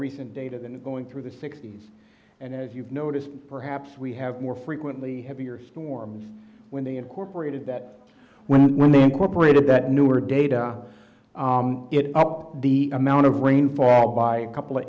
recent data than going through the sixty's and as you've noticed perhaps we have more frequently heavier storms when they incorporated that when when they incorporated that newer data it up the amount of rainfall by a couple